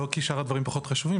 זה לא כי שאר הדברי פחות חשובים,